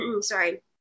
sorry